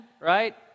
right